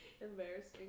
Embarrassing